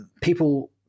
people